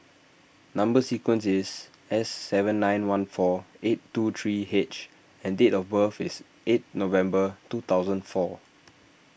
Number Sequence is S seven nine one four eight two three H and date of birth is eight November two thousand and four